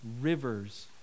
rivers